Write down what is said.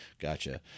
Gotcha